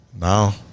Now